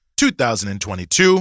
2022